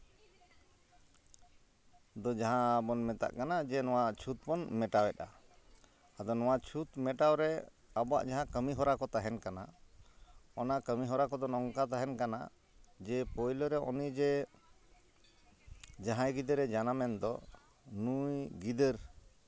ᱫᱚ ᱡᱟᱦᱟᱸ ᱵᱚᱱ ᱢᱮᱛᱟᱜ ᱠᱟᱱᱟ ᱡᱮ ᱱᱚᱣᱟ ᱪᱷᱩᱸᱛ ᱵᱚᱱ ᱢᱮᱴᱟᱣᱮᱫᱼᱟ ᱟᱫᱚ ᱱᱚᱣᱟ ᱪᱷᱩᱸᱛ ᱢᱮᱴᱟᱣ ᱨᱮ ᱟᱵᱚᱣᱟᱜ ᱡᱟᱦᱟᱸ ᱠᱟᱹᱢᱤᱦᱚᱨᱟ ᱠᱚ ᱛᱟᱦᱮᱱᱠᱟᱱᱟ ᱚᱱᱟ ᱠᱟᱹᱢᱤᱦᱚᱨᱟ ᱠᱚᱫᱚ ᱱᱚᱝᱠᱟ ᱛᱟᱦᱮᱱ ᱠᱟᱱᱟ ᱡᱮ ᱯᱳᱭᱞᱳ ᱨᱮ ᱩᱱᱤ ᱡᱮ ᱡᱟᱦᱟᱸᱭ ᱜᱤᱫᱽᱨᱟᱹ ᱡᱟᱱᱟᱢᱮᱱ ᱫᱚ ᱱᱩᱭ ᱜᱤᱫᱟᱹᱨ